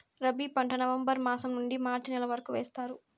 రబీ పంట నవంబర్ మాసం నుండీ మార్చి నెల వరకు వేస్తారు